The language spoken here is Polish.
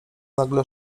nagle